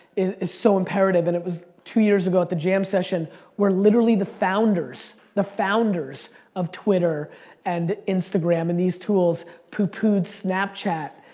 is so imperative. and it was two years ago at the jam session where literally the founders, the founders of twitter and instagram and these tools poo-poohed snapchat.